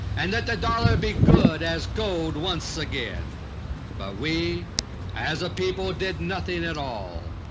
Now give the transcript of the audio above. and that the dollar be good as gold once again but we as a people did nothing at all!